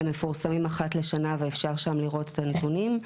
הם מפורסמים אחת לשנה ואפשר שם לראות את הנתונים.